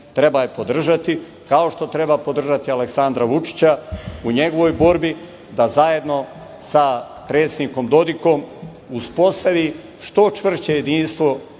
Treba je podržati, kao što treba podržati i Aleksandra Vučića u njegovoj borbi da zajedno sa predsednikom Dodikom uspostavi što čvršće jedinstvo